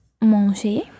Manger